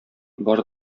бар